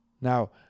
Now